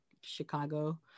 Chicago